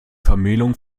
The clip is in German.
vermählung